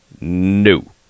No